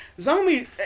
zombie